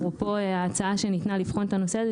אפרופו ההצעה שניתנה לבחון את הנושא הזה,